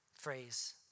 phrase